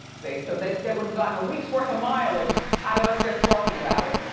see, so they they would've gotten a week's worth of mileage out of us just talking about it.